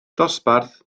dosbarth